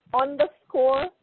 underscore